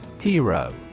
Hero